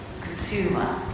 consumer